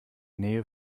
nähe